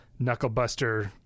knucklebuster